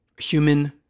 human